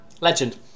legend